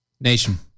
nation